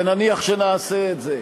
ונניח שנעשה את זה,